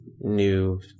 new